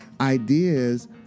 ideas